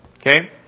Okay